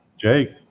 Jake